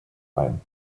ein